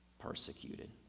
persecuted